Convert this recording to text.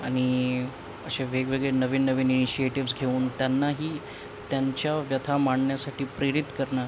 आणि असे वेगवेगळे नवीन नवीन इनिशिएटिव्ज घेऊन त्यांनाही त्यांच्या व्यथा मांडण्यासाठी प्रेरित करणं